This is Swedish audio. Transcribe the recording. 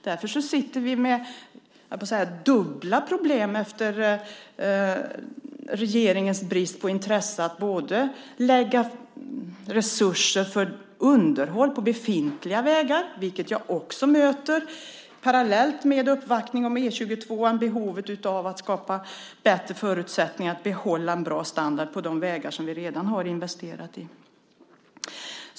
Därför sitter vi med dubbla problem, höll jag på att säga. Regeringen visade då brist på intresse för att lägga resurser på underhåll av befintliga vägar, vilket jag också möter parallellt med uppvaktningen om E 22:an. Det handlar om behovet av att skapa bättre förutsättningar för att behålla en bra standard på de vägar som vi redan har investerat i.